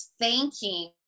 thanking